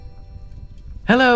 Hello